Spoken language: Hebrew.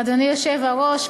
אדוני היושב-ראש,